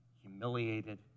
humiliated